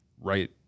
right